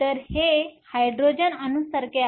तर हे हायड्रोजन अणूसारखे आहे